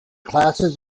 classes